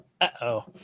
Uh-oh